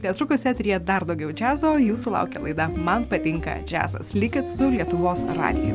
netrukus eteryje dar daugiau džiazo jūsų laukia laida man patinka džiazas likit su lietuvos radiju